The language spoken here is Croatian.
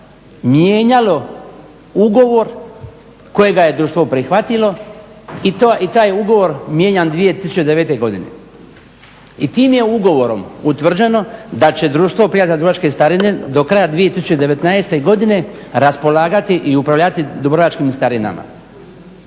mijenjalo ugovor kojega je društvo prihvatilo i taj ugovor mijenjan 2009.godine. i tim je ugovorom utvrđeno da će Društvo prijatelja dubrovačke starine do kraja 2019.godine raspolagati i upravljati dubrovačkim starinama.